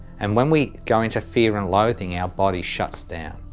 and when we go into fear and loathing, our body shuts down,